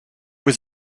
was